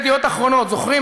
"ידיעות אחרונות" זוכרים?